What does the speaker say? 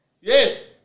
Yes